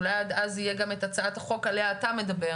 שאולי עד אז תהיה גם את הצעת החוק עליה אתה מדבר,